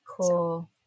Cool